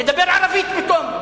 כנסת מימין ומשמאל לדבר ערבית פתאום,